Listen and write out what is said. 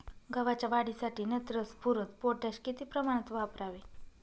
गव्हाच्या वाढीसाठी नत्र, स्फुरद, पोटॅश किती प्रमाणात वापरावे?